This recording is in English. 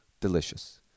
delicious